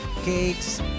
cakes